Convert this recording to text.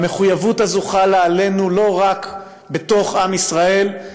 המחויבות הזו חלה עלינו לא רק בתוך עם ישראל,